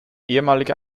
ehemalige